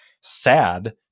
sad